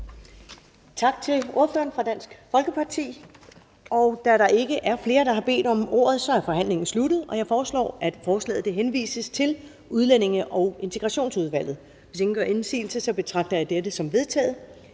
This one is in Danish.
Tak til ordføreren fra Dansk Folkeparti. Da der ikke er flere, der har bedt om ordet, er forhandlingen sluttet. Jeg foreslår, at forslaget til folketingsbeslutning henvises til Udlændinge- og Integrationsudvalget. Hvis ingen gør indsigelse, betragter jeg dette som vedtaget.